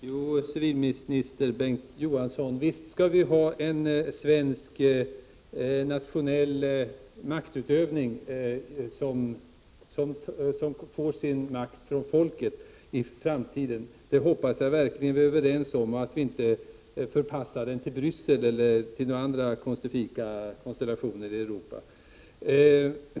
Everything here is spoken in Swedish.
Herr talman! Jo, civilminister Johansson, visst skall vi i framtiden ha en svensk, nationell maktutövning där makten kommer från folket. Det hoppas jag verkligen att vi är överens om, så att vi inte förpassar denna maktutövning till Bryssel eller till några andra konstifika konstellationer i Europa.